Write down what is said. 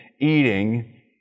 eating